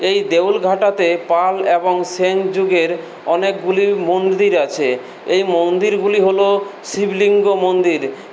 এই দেউলঘাটাতে পাল এবং সেন যুগের অনেকগুলি মন্দির আছে এই মন্দিরগুলি হলো শিব লিঙ্গ মন্দির